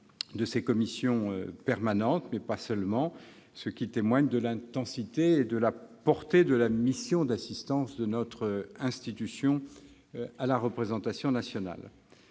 ses commissions permanentes. Cela témoigne de l'intensité et de la portée de la mission d'assistance de notre institution à la représentation nationale.